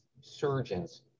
surgeons